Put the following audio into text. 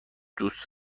دوست